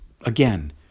again